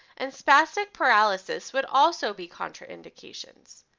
and spastic paralysis would also be contraindications.